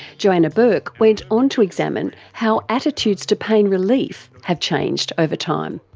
joanna bourke went on to examine how attitudes to pain relief have changed over time.